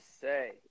say